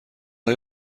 های